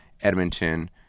Edmonton